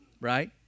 right